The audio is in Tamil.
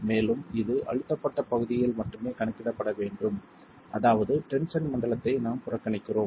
மேலும் இது அழுத்தப்பட்ட பகுதியில் மட்டுமே கணக்கிடப்பட வேண்டும் அதாவது டென்ஷன் மண்டலத்தை நாம் புறக்கணிக்கிறோம்